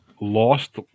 lost